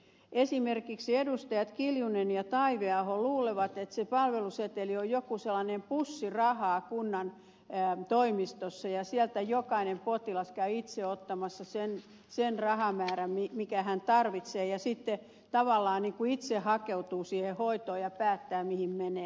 esimerkiksi edustajat kiljunen ja taiveaho luulevat että se palveluseteli on joku sellainen pussi rahaa kunnan toimistossa ja sieltä jokainen potilas käy itse ottamassa sen rahamäärän minkä hän tarvitsee ja sitten tavallaan itse hakeutuu siihen hoitoon ja päättää mihin menee